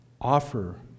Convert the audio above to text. offer